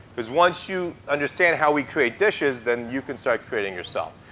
because once you understand how we create dishes, then you can start creating yourself.